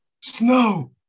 snow